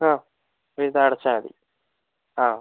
ആ ഫീസ് അടച്ചാൽ മതി ആ